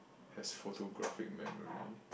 has photographic memory